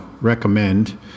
recommend